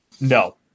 No